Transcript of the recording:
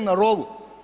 Na rovu.